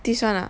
this one ah